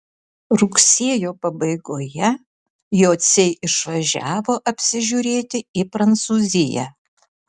rugsėjo pabaigoje jociai išvažiavo apsižiūrėti į prancūziją